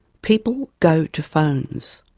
people go to phones.